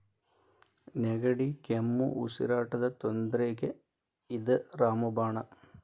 ನೆಗಡಿ, ಕೆಮ್ಮು, ಉಸಿರಾಟದ ತೊಂದ್ರಿಗೆ ಇದ ರಾಮ ಬಾಣ